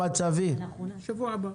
חברת דרך ארץ הייווייז במקטעים שבין מחלף